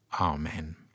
Amen